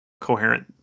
coherent